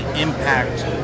impact